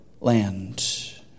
land